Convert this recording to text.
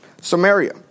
Samaria